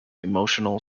emotional